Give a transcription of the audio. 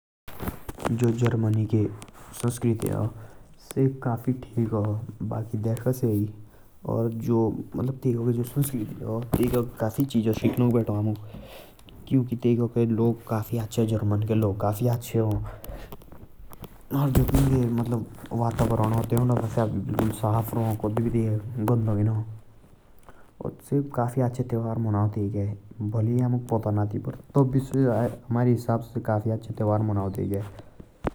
जौ जर्मनी के संस्कृति आ से काफी अच्छा आ। तैकि कि काफी चीजा भेत्ता शिगणाक। तैकि के लोग काफी अच्छा हौं।